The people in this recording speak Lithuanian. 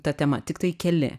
ta tema tiktai keli